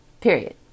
period